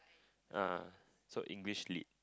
uh so English Lit